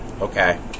Okay